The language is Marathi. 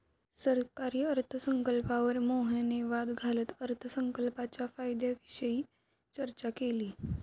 सरकारी अर्थसंकल्पावर मोहनने वाद घालत अर्थसंकल्पाच्या फायद्यांविषयी चर्चा केली